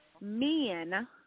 men